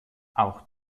auch